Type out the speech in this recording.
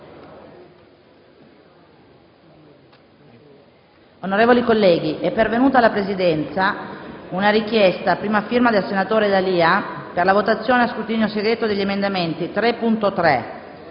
Onorevoli colleghi, è pervenuta alla Presidenza una richiesta, a prima firma del senatore D'Alia, per la votazione a scrutinio segreto degli emendamenti 3.3,